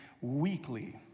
Weekly